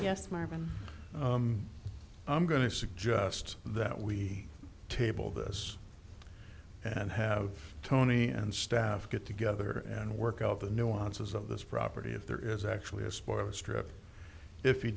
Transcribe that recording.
yes marvin i'm going to suggest that we table this and have tony and staff get together and work of the nuances of this property if there is actually a spoiler strip if he